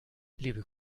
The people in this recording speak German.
lebe